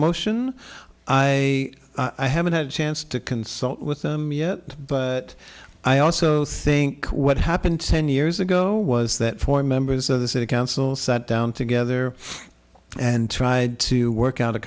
motion i haven't had a chance to consult with them yet but i also think what happened ten years ago was that four members of the city council sat down together and tried to work out a